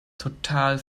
total